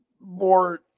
more